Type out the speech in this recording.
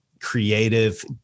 creative